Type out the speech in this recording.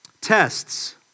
tests